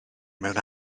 mewn